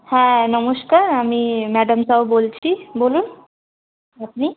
হ্যাঁ নমস্কার আমি ম্যাডাম সাউ বলছি বলুন আপনি